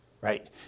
right